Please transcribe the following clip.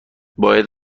باید